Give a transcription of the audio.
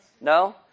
no